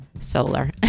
Solar